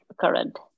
current